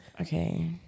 okay